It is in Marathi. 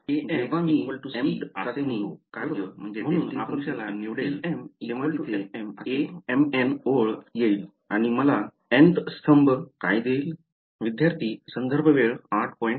जेव्हा मी mth चाचणी कार्य निवडाल तेव्हा तिथे Amnओळ येईल आणि मला nth स्तंभ काय देईल